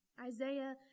Isaiah